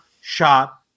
shot